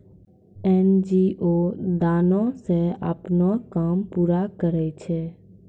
NGO दानो से अपनो काम पूरा करै छै